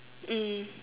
mm